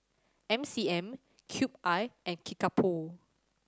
M C M Cube I and Kickapoo